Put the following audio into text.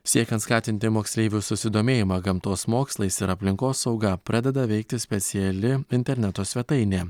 siekiant skatinti moksleivių susidomėjimą gamtos mokslais ir aplinkosauga pradeda veikti speciali interneto svetainė